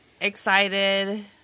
excited